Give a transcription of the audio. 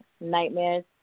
nightmares